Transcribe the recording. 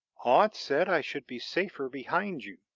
aunt said i should be safer behind you,